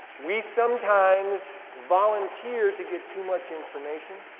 we sometimes volunteer to get too much information.